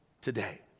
today